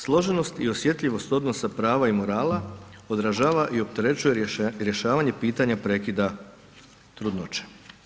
Složenost i osjetljivost odnosa prava i morala odražava i opterećuje rješavanje pitanja prekida trudnoće.